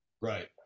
right